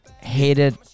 hated